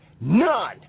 None